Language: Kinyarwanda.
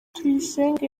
tuyisenge